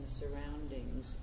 surroundings